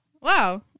wow